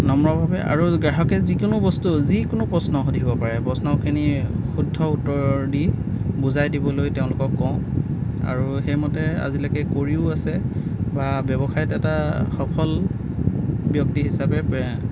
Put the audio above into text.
নম্ৰভাৱে আৰু গ্ৰাহকে যিকোনো বস্তু যিকোনো প্ৰশ্ন সুধিব পাৰে প্ৰশ্নখিনি শুদ্ধ উত্তৰ দি বুজাই দিবলৈ তেওঁলোকক কওঁ আৰু সেইমতে আজিলৈকে কৰিয়ো আছে বা ব্যৱসায়ত এটা সফল ব্যক্তি হিচাপে